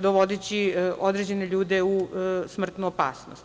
dovodeći određene ljude u smrtnu opasnost.